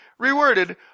reworded